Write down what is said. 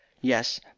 yes